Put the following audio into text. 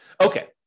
Okay